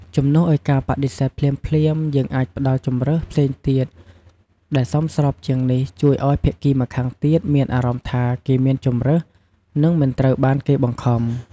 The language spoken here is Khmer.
ជំនួសឲ្យការបដិសេធភ្លាមៗ យើងអាចផ្តល់ជម្រើសផ្សេងទៀតដែលសមស្របជាង នេះជួយឲ្យភាគីម្ខាងទៀតមានអារម្មណ៍ថាគេមានជម្រើស និងមិនត្រូវបានគេបង្ខំ។